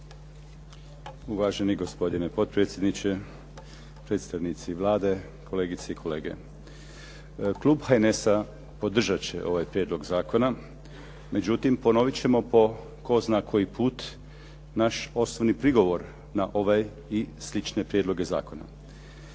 Uvaženi gospodine potpredsjedniče, predstavnici Vlade, kolegice i kolege. Klub HNS-a podržat će ovaj prijedlog zakona. Međutim, ponovit ćemo po tko zna koji put naš osnovni prigovor na ovaj i slične prijedloge zakona.